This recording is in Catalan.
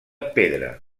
pedra